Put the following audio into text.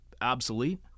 obsolete